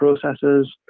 processes